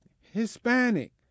Hispanic